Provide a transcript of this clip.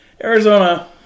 Arizona